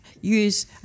use –